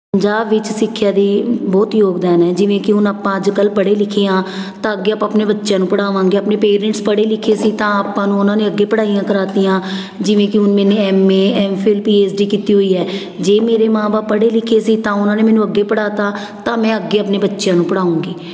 ਪੰਜਾਬ ਵਿੱਚ ਸਿੱਖਿਆ ਦੀ ਬਹੁਤ ਯੋਗਦਾਨ ਹੈ ਜਿਵੇਂ ਕਿ ਹੁਣ ਆਪਾਂ ਅੱਜ ਕੱਲ੍ਹ ਪੜ੍ਹੇ ਲਿਖੇ ਹਾਂ ਤਾਂ ਅੱਗੇ ਆਪਾਂ ਆਪਣੇ ਬੱਚਿਆਂ ਨੂੰ ਪੜਾਵਾਂਗੇ ਆਪਣੇ ਪੇਰੈਂਟਸ ਪੜ੍ਹੇ ਲਿਖੇ ਸੀ ਤਾਂ ਆਪਾਂ ਨੂੰ ਉਹਨਾਂ ਨੇ ਅੱਗੇ ਪੜ੍ਹਾਈਆਂ ਕਰਾਤੀਆਂ ਜਿਵੇਂ ਕਿ ਹੁਣ ਮੈਨੇ M A M phil P H D ਕੀਤੀ ਹੋਈ ਹੈ ਜੇ ਮੇਰੇ ਮਾਂ ਬਾਪ ਪੜ੍ਹੇ ਲਿਖੇ ਸੀ ਤਾਂ ਉਹਨਾਂ ਨੇ ਮੈਨੂੰ ਅੱਗੇ ਪੜ੍ਹਾ ਤਾ ਤਾਂ ਮੈਂ ਅੱਗੇ ਆਪਣੇ ਬੱਚਿਆਂ ਨੂੰ ਪੜਾਉਂਗੀ